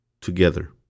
together